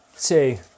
two